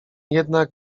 jednak